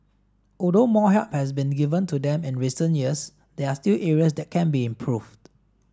although more help has been given to them in recent years there are still areas that can be improved